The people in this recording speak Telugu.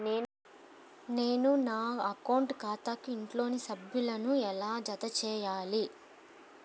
నేను నా అకౌంట్ ఖాతాకు ఇంట్లోని సభ్యులను ఎలా జతచేయాలి?